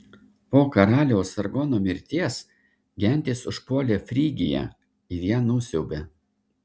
po karaliaus sargono mirties gentys užpuolė frygiją ir ją nusiaubė